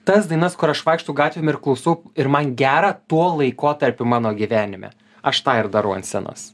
tas dainas kur aš vaikštau gatvėm ir klausau ir man gera tuo laikotarpiu mano gyvenime aš tą ir darau ant scenos